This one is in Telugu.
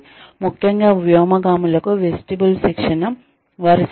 ముఖ్యంగా వ్యోమగాములకు వెస్టిబ్యూల్ శిక్షణ వారి శిక్షణలో ఒక ముఖ్యమైన భాగం